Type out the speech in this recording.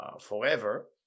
forever